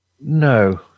No